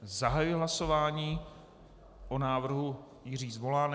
Zahajuji hlasování o návrhu Jiří Zvolánek.